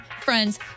friends